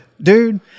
Dude